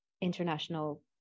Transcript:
international